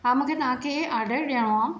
हा मूंखे तव्हां खे ऑर्डरु ॾियणो आहे